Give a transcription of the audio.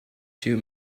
two